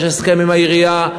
יש הסכם עם העירייה,